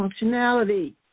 functionality